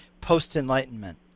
post-enlightenment